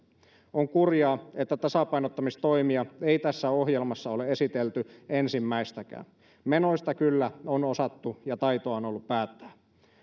on kurjaa että tasapainottamistoimia ei tässä ohjelmassa ole esitelty ensimmäistäkään menoja kyllä on osattu ja taitoa on ollut päättää